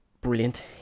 brilliant